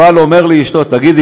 הבעל אומר לאשתו: תגידי,